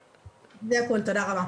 זה הכול, תודה רבה.